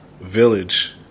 village